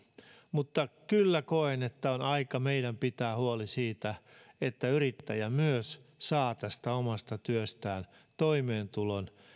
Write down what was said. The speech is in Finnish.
mutta kyllä koen että on aika meidän pitää huoli siitä että yrittäjä myös saa tästä omasta työstään toimeentulon